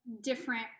different